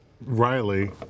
Riley